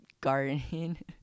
gardening